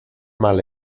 mal